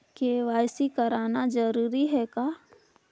KYC कराना जरूरी है का?